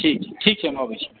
ठीक छै ठीक छै हम अबैत छी